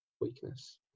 weakness